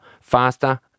faster